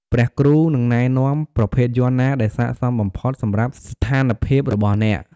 ព្រះគ្រូ នឹងណែនាំប្រភេទយ័ន្តណាដែលស័ក្តិសមបំផុតសម្រាប់ស្ថានភាពរបស់អ្នក។